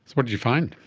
what did you find?